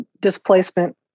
displacement